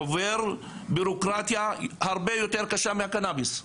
עובר ביורוקרטיה הרבה יותר קשה מהקנביס.